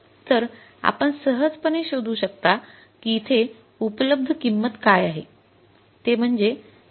तर आपण सहजपणे शोधू शकता की येथे उपलब्ध किंमत काय आहे ते म्हणजे ४